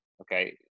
okay